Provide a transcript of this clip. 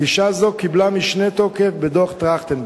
גישה זו קיבלה משנה תוקף בדוח-טרכטנברג.